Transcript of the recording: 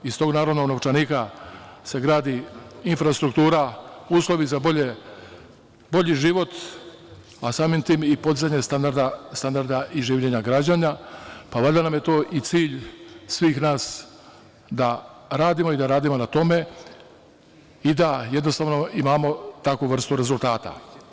Iz tog narodnog novčanika se gradi infrastruktura, uslovi za bolji život, a samim tim i podizanje standarda i življenja građana, a valjda nam je to i cilj svih nas, da radimo na tome i da imamo takvu vrstu rezultata.